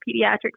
pediatrics